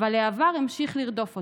אבל העבר המשיך לרדוף אותה.